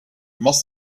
must